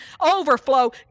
overflow